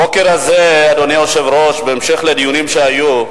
הבוקר הזה, אדוני היושב-ראש, בהמשך לדיונים שהיו,